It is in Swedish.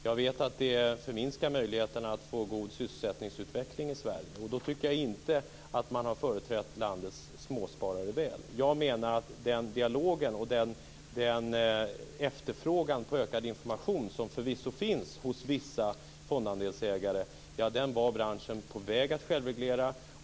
Jag vet att det förminskar möjligheterna att få god sysselsättningsutveckling i Sverige. Och då tycker jag inte att man har företrätt landets småsparare väl. Jag menar att den efterfrågan på ökad information som förvisso finns hos vissa fondandelsägare var branschen på väg att självreglera.